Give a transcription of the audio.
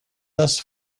thus